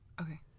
Okay